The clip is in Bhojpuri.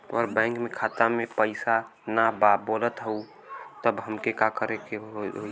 पर बैंक मे खाता मे पयीसा ना बा बोलत हउँव तब हमके का करे के होहीं?